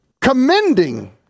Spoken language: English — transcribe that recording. commending